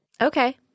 Okay